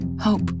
Hope